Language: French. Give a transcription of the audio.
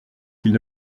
qu’il